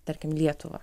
tarkim lietuvą